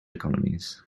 economies